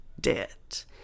debt